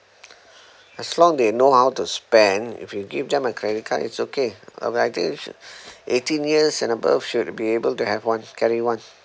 as long they know how to spend if you give them a credit card it's okay I think you should eighteen years and above should be able to have one carry one